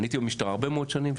אני הייתי במשטרה הרבה מאוד שנים.